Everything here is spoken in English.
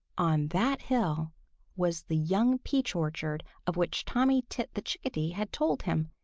on that hill was the young peach orchard of which tommy tit the chickadee had told him,